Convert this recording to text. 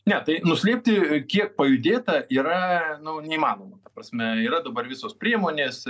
ne tai nuslėpti kiek pajudėta yra nu neįmanoma ta prasme yra dabar visos priemonės